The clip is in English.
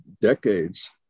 decades